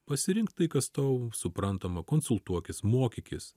pasirinkt tai kas tau suprantama konsultuokis mokykis